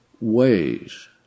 ways